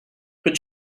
put